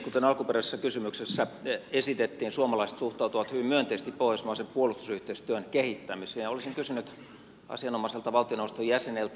kuten alkuperäisessä kysymyksessä esitettiin suomalaiset suhtautuvat hyvin myönteisesti pohjoismaisen puolustusyhteistyön kehittämiseen ja olisin kysynyt asianomaiselta valtioneuvoston jäseneltä